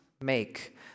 make